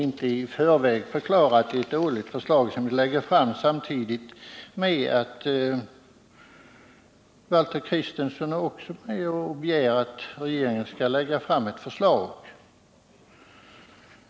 Valter Kristenson är ju också med och begär att regeringen skall lägga fram ett förslag.